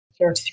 Sure